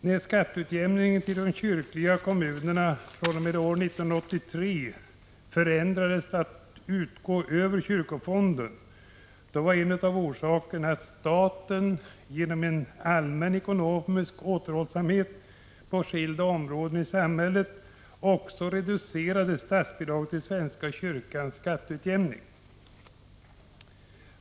När skatteutjämningen till de kyrkliga kommunerna fr.o.m. år 1983 förändrades att utgå över kyrkofonden var en av orsakerna att staten genom en allmän ekonomisk återhållsamhet på skilda områden i samhället också reducerade statsbidraget till kyrkans skatteutjämning.